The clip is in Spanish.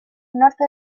norte